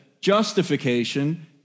justification